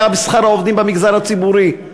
פגיעה בשכר העובדים במגזר הציבורי,